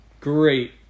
Great